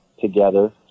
together